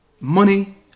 money